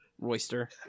Royster